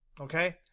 okay